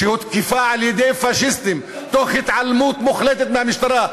שהותקפה על-ידי פאשיסטים תוך התעלמות מוחלטת של המשטרה,